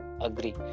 agree